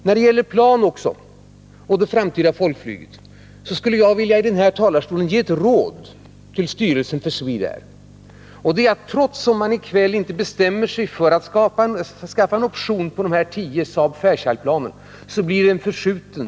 När det gäller planen och det framtida folkflyget skulle jag till styrelsen för Swedair vilja ge ett råd från kammarens talarstol. Om man i kväll inte bestämmer sig för att skaffa en option på tio plan av typen Saab-Fairchild blir leveransen förskjuten.